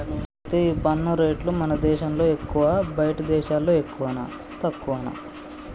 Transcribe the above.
అయితే ఈ పన్ను రేట్లు మన దేశంలో ఎక్కువా బయటి దేశాల్లో ఎక్కువనా తక్కువనా